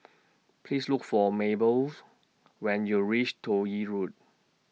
Please Look For Mabelle's when YOU REACH Toh Yi Road